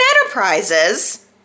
Enterprises